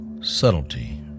subtlety